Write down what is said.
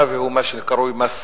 בממשלה, והוא מה שקרוי "מס